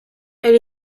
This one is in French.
elle